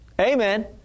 Amen